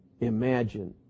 imagine